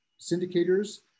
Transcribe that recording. syndicators